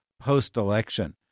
post-election